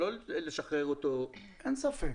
אין ספק,